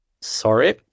Sorry